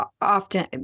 often